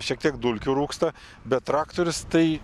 šiek tiek dulkių rūksta bet traktorius tai